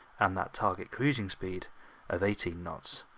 and that target cruising speed of eighteen knots.